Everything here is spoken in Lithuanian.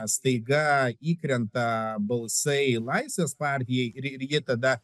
staiga įkrenta balsai laisvės partijai ir ir ji tada